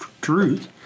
truth